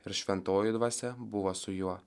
ir šventoji dvasia buvo su juo